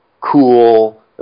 cool